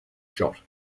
shot